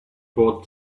brought